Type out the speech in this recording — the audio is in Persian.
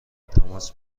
تماس